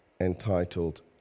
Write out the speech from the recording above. entitled